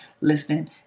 listening